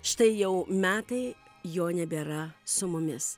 štai jau metai jo nebėra su mumis